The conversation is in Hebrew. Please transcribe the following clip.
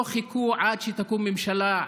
לא חיכו עד שתקום ממשלה,